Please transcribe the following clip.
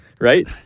right